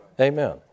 Amen